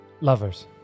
lovers